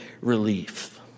relief